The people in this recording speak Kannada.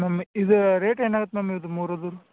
ಮ್ಯಾಮ್ ಇದು ರೇಟ್ ಏನಾಗತ್ತೆ ಮ್ಯಾಮ್ ಇದು ಮೂರುದು